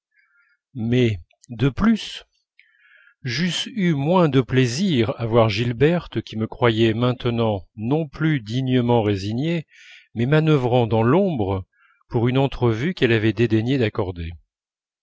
mais de plus j'eusse eu moins de plaisir à voir gilberte qui me croyait maintenant non plus dignement résigné mais manœuvrant dans l'ombre pour une entrevue qu'elle avait dédaigné d'accorder